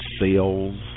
sales